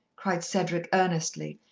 cried cedric earnestly,